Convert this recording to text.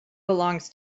belongs